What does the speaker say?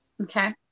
okay